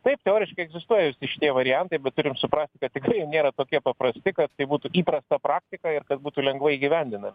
taip teoriškai egzistuoja visi šitie variantai bet turim suprast kad tikrai nėra tokie paprasti kad tai būtų įprasta praktika ir kad būtų lengvai įgyvendinama